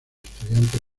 estudiantes